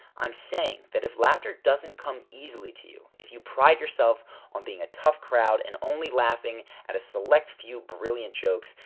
i'm saying that if laughter doesn't come easily to you, if you pride yourself on being a tough crowd, and only laughing at a select few brilliant jokes,